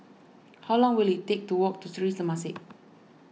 how long will it take to walk to Sri Temasek